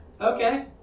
Okay